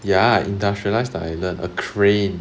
ya industrialise the island a crane